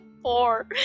four